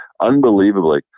unbelievably